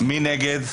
מי נגד?